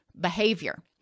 behavior